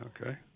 okay